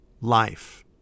life